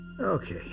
Okay